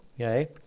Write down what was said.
okay